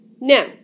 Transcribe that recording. Now